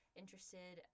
interested